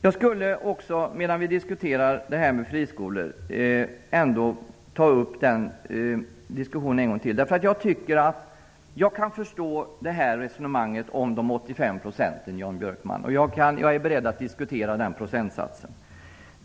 När vi nu diskuterar friskolor skulle jag vilja ta upp resonemanget kring en bidragsnivå på 85 %, Jan Björkman. Jag förstår själva resonemanget och är beredd att diskutera den procentsatsen.